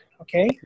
Okay